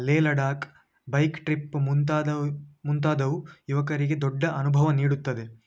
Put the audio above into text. Leh Ladakh bike trip ಮುಂತಾದವು ಮುಂತಾದವು ಯುವಕರಿಗೆ ದೊಡ್ಡ ಅನುಭವ ನೀಡುತ್ತದೆ